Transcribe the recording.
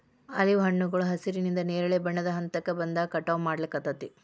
olive ಹಣ್ಣುಗಳು ಹಸಿರಿನಿಂದ ನೇರಳೆ ಬಣ್ಣದ ಹಂತಕ್ಕ ಬಂದಾಗ ಕಟಾವ್ ಮಾಡ್ಲಾಗ್ತೇತಿ